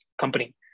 company